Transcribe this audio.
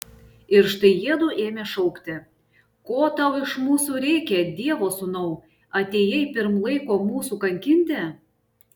ir štai jiedu ėmė šaukti ko tau iš mūsų reikia dievo sūnau atėjai pirm laiko mūsų kankinti